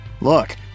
Look